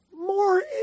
more